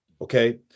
Okay